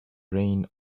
reign